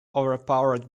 overpowered